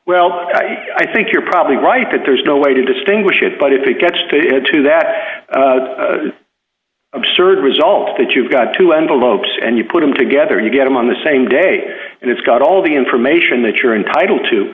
well i think you're probably right that there's no way to distinguish it but if it gets to to that absurd results that you've got two envelopes and you put them together you get him on the same day and it's got all the information that you're entitled to